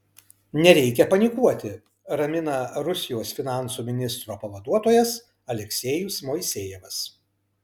nereikia panikuoti ramina rusijos finansų ministro pavaduotojas aleksejus moisejevas